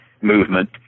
movement